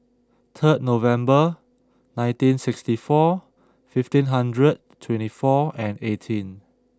third November nineteen sixty four fifteen hundred twenty four and eighteen